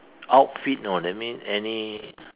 outfit you know that means any